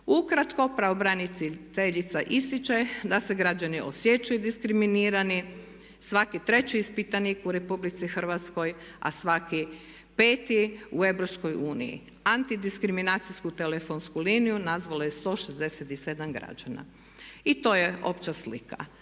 Ukratko. Pravobraniteljica ističe da se građani osjećaju diskriminirani. Svaki treći ispitanik u Republici Hrvatskoj, a svaki peti u Europskoj uniji. Anti diskriminacijsku telefonsku liniju nazvalo je 167 građana i to je opća slika.